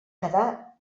quedar